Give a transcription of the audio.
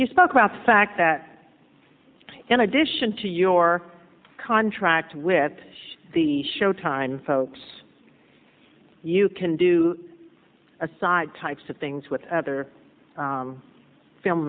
you spoke about the fact that in addition to your contract with the showtime folks you can do a side types of things with other